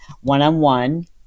one-on-one